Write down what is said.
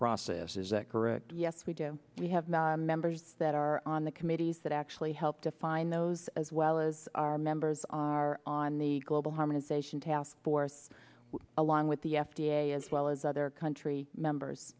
process is that correct yes we do we have members that are on the committees that actually help define those as well as our members are on the global harmonization task force along with the f d a as well as other country members